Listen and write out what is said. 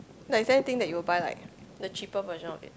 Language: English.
like some thing that you will buy like the cheaper version of it